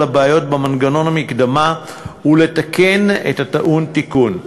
הבעיות במנגנון המקדמה ולתקן את הטעון תיקון.